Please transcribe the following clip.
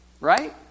right